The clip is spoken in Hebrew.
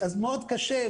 אז מאוד קשה.